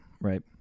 right